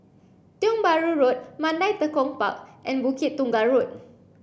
Tiong Bahru Road Mandai Tekong Park and Bukit Tunggal Road